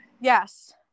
yes